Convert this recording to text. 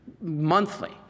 monthly